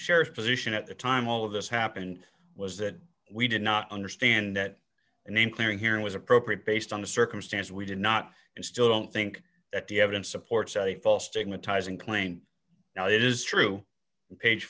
sheriff position at the time all of this happened was that we did not understand that the name clearing hearing was appropriate based on the circumstance we did not and still don't think that the evidence supports a false stigmatizing claimed now it is true page